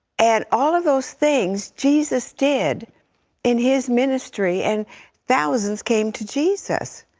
and all of those things jesus did in his ministry, and thousands came to jesus.